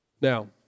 Now